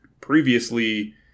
previously